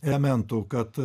elementų kad